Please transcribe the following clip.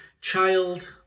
child